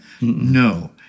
No